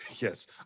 yes